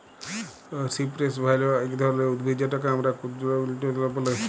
cypress vine ইক ধরলের উদ্ভিদ যেটকে আমরা কুল্জলতা ব্যলে